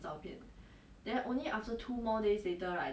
!huh! so it's not like photo paper